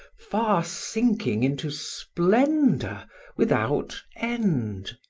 far sinking into splendour without end!